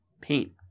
paint